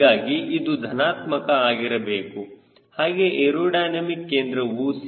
ಹೀಗಾಗಿ ಇದು ಧನಾತ್ಮಕ ಆಗಿರಬೇಕು ಹಾಗೆ ಏರೋಡೈನಮಿಕ್ ಕೇಂದ್ರವು C